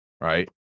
right